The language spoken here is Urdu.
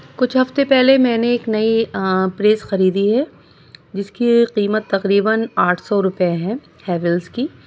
کچھ ہفتے پہلے میں نے ایک نئی پریس خریدی ہے جس کی قیمت تقریباََ آٹھ سو روپے ہے ہیولس کی